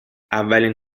اولین